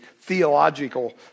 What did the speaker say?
theological